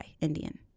Indian